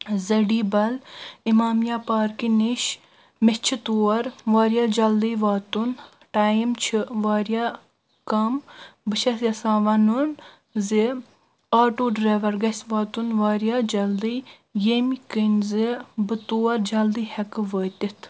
زڈی بل امامیا پارکہِ نِش مےٚ چھُ تور واریاہ جلدی واتُن ٹایِم چھُ واریاہ کم بہٕ چھس یژھان ونُن زِ آٹوٗ دڑایور گژھِ واتُن واریاہ جلدی ییٚمہِ کِنۍ زِ بہٕ تور جلدی ہٮ۪کہٕ وٲتِتھ